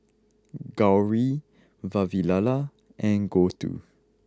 Gauri Vavilala and Gouthu